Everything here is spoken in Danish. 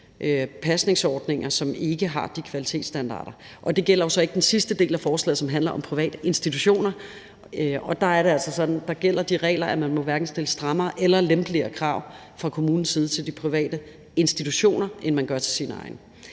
pasningsordninger, som ikke har de kvalitetsstandarder. Det gælder jo så ikke den sidste del af forslaget, som handler om privatinstitutioner. Der er det altså sådan, at der gælder de regler, at man hverken må stille strammere eller lempeligere krav fra kommunens side til de private institutioner, end man gør til sine egne.